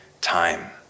time